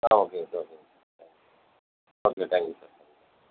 ah okay sir okay sir thank you okay thank you sir thank you sir